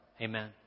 Amen